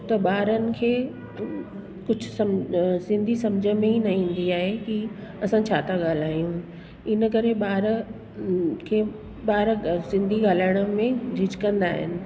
त ॿारनि खे कुझु सम अ सिंधी सम्झि में ई न इंदी आहे की असां छा था ॻाल्हायूं इन करे ॿार खे ॿार सिंधी ॻाल्हाइण में झिझकंदा आहिनि